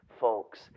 Folks